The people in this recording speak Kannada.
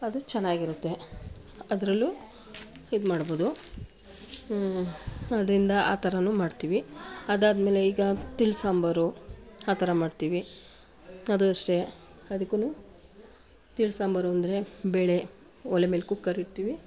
ಅದು ಚೆನ್ನಾಗಿರುತ್ತೆ ಅದರಲ್ಲೂ ಇದ್ಮಾಡ್ಬೋದು ಅದರಿಂದ ಆ ಥರನೂ ಮಾಡ್ತೀವಿ ಅದಾದ್ಮೇಲೆ ಈಗ ತಿಳಿ ಸಾಂಬಾರು ಆ ಥರ ಮಾಡ್ತೀವಿ ಅದು ಅಷ್ಟೇ ಅದುಕ್ಕೂ ತಿಳಿ ಸಾಂಬಾರು ಅಂದರೆ ಬೇಳೆ ಒಲೆ ಮೇಲೆ ಕುಕ್ಕರ್ ಇಡ್ತೀವಿ